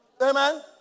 Amen